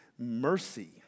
Mercy